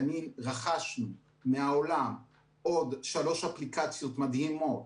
רכשנו מהעולם עוד שלוש אפליקציות מדהימות,